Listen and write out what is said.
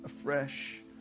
afresh